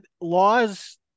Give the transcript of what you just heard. laws